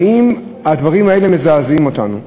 האם הדברים האלה מזעזעים אותנו?